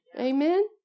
Amen